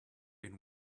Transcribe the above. been